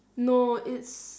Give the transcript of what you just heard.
no it's